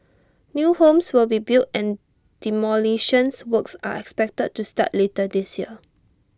new homes will be built and demolition works are expected to start later this year